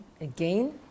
again